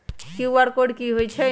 QR code कि हई छई?